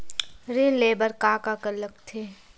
ऋण ले बर का का लगथे?